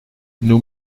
nous